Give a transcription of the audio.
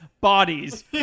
bodies